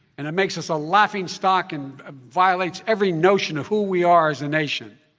and it makes us a laughingstock and violates every notion of who we are as a nation.